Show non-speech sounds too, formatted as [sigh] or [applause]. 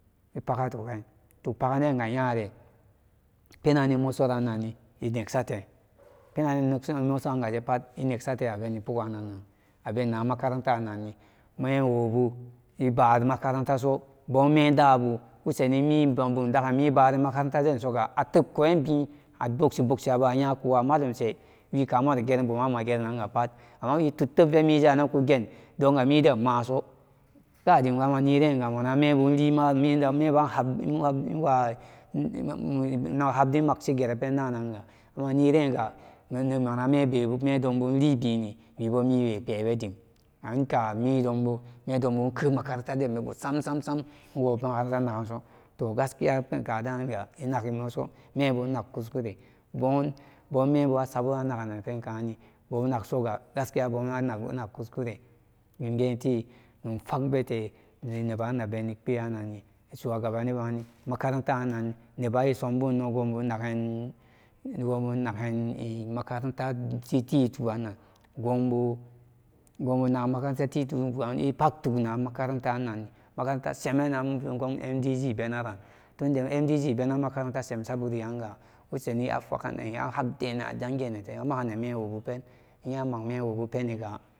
Ipaga tugen tug pagen denga nyare penan imosoranni inegsate penan [unintelligible] isate abenni pokgan abenna makarantarani mewobu ibari makarantaso bome dadu wosenimi bundagan mi bare magan ta densoga ate okunbi a bogshi bogshi abayaku wa malumbuse waka maro geren buman magerenanga pat amma wi tudtebve miji ino kugen donga miden maso kadimga maniren mana membu ilimari [hesitation] habdin magshigeren pendananga manirega mana mebebu libini ama wimiwe perendim anka midonbu medonbu ike makaren taden bego sam sam sam iwo makaranta naganso toh gaskiya kadaga inagi moso mebu inag kuskure bon boo membu asabon anaganan penkani bon kagsoga gaskiya boon nag kuskure dimgetiga nog fagbete dim nebanabeni kperanni shuwagabannin makarantaranan neba isom bun no inago bun inagan gobun ina gan in makarantiti tuwan gobu gobunagan makaranta titi tuwan ipag tug na makarantaran makaranta semen han gomnati benaran tunda ndg bena makaranta shamsa buri yanga wosani afaganen a habdenen ajangin nante amaganan menwopen amag menwobu peniga